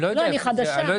אני חדשה, אני לא יודעת.